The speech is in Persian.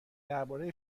درباره